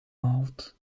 maalt